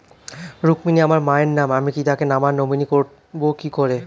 রুক্মিনী আমার মায়ের নাম আমি তাকে আমার নমিনি করবো কি করে?